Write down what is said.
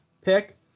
pick